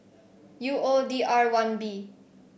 U O D R one B